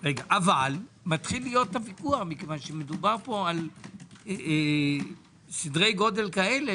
אבל מתחיל להיות ויכוח כי מדובר פה בסדרי גודל כאלה,